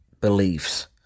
beliefs